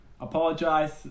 Apologize